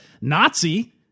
Nazi